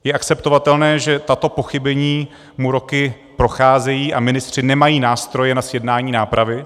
Je akceptovatelné, že tato pochybení mu roky procházejí a ministři nemají nástroje na zjednání nápravy?